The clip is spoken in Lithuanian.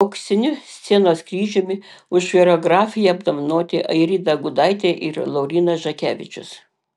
auksiniu scenos kryžiumi už choreografiją apdovanoti airida gudaitė ir laurynas žakevičius